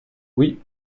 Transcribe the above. oui